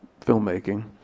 filmmaking